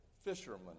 fishermen